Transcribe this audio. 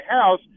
house